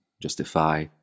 justify